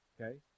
okay